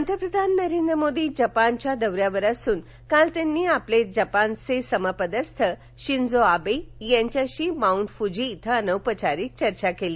पंतप्रधान नरेंद्र मोदी जपानच्या दौऱ्यावर असून काल त्यांनी आपले जपानमधील समपदस्थ शिन्जो आवे यांच्याशी माउंट फुजी इथं अनौपचारिक चर्चा केली